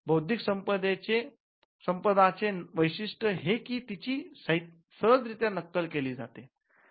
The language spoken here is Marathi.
बौद्धिक संपदा चे वैशिष्ट हे कि तीची सहजरित्या नक्कल केली जाते